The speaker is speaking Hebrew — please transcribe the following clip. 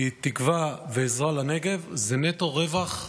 כי תקווה ועזרה לנגב זה נטו רווח למדינה.